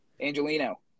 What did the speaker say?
Angelino